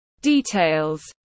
details